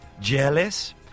Jealous